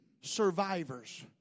survivors